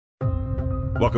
Welcome